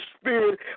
spirit